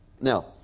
Now